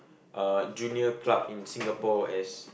uh junior club in Singapore as